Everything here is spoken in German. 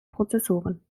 prozessoren